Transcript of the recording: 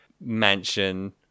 mansion